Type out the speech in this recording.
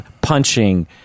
punching